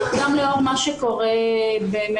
גם לאור מה שקורה במדינה,